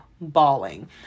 bawling